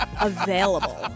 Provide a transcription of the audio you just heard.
available